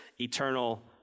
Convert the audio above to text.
eternal